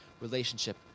relationship